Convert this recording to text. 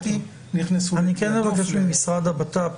אני כן אבקש ממשרד הבט"פ,